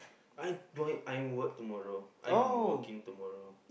I going I work tomorrow I'm working tomorrow